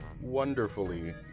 wonderfully